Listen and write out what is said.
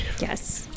Yes